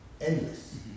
endless